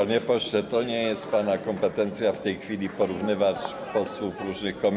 Panie pośle, to nie jest pana kompetencja w tej chwili porównywać posłów różnych komisji.